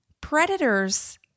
Predators